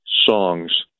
songs